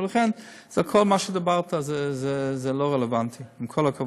ולכן, כל מה שאמרת זה לא רלוונטי, עם כל הכבוד.